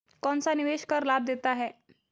कौनसा निवेश कर लाभ देता है?